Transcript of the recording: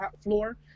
floor